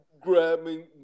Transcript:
grabbing